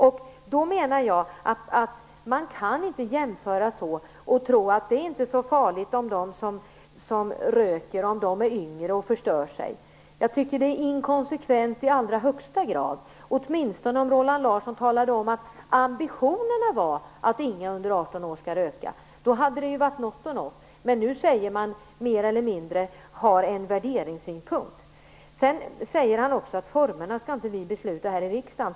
Jag menar att man inte kan jämföra på det sättet och tro att det inte är så farligt om de som röker är yngre och förstör sig. Jag tycker att det är inkonsekvent i allra högsta grad, åtminstone om Roland Larsson talade om att ambitionerna var att ingen under 18 år skulle röka. Då hade det varit något att nå, men nu säger man mer eller mindre att man har en värderingssynpunkt Sedan säger han också att vi här i riksdagen inte skall besluta om formerna.